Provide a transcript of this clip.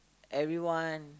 everyone